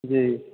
जी